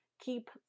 keep